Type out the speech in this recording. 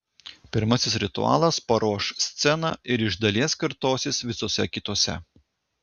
pirmasis ritualas paruoš sceną ir iš dalies kartosis visuose kituose